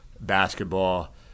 basketball